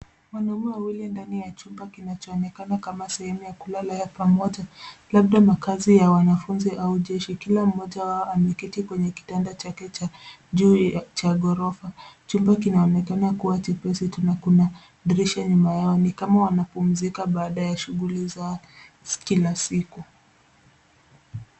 Wanaume wawili ndani ya chumba kinachoonekana kama sehemu ya kulala ya pamoja labda makasi ya wanafunzi au jeshi, kila mmoja wao ameketi kwenye kitanda chake cha juu ya ghorofa, chumba kinaonekana kua chepesi na kuna dirisha nyuma yao ni kama wanapumzika baada ya shughuli zao za kila siku.